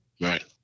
right